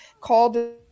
called